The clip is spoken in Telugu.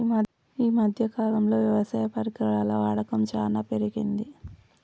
ఈ మధ్య కాలం లో వ్యవసాయ పరికరాల వాడకం చానా పెరిగింది